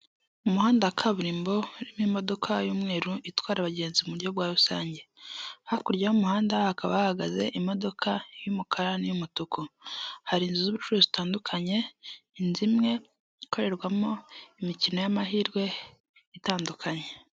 Umuhanda wa kaburimbo urimo imodoka y'umweru itwara abagenzi mu buryo bwa rusange, hakurya y'umuhanda hakaba hahagaze imodoka y'umukara n'iyumutuku. Hari inzu z'ubucuru zitandukanye, inzu imwe ikorerwamo imikino y'amahirwe itandukanye.